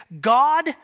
God